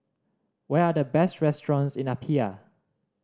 what are the best restaurants in Apia